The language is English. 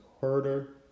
Herder